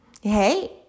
Hey